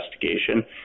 investigation